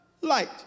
light